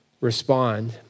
respond